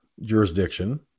jurisdiction